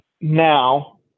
now